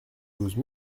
douze